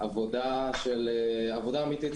עבודה אמיתית.